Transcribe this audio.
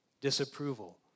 disapproval